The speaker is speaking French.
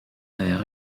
avaient